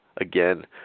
Again